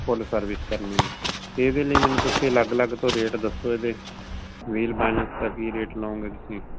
ਫੁੱਲ service ਕਰਨੀ ਏ ਇਹਦੇ ਲਈ ਮੈਨੂੰ ਤੁਸੀਂ ਲੱਗ ਲੱਗ ਤੋਂ ਰੇਟ ਦੱਸੋ ਇਹਦੇ ਵੀਲ ਬੈਲੈਂਸ ਦਾ ਕੀ ਰੇਟ ਲਾਓਗੇ ਤੁਸੀਂ